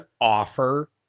offer